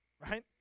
right